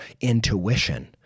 intuition